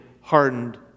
hardened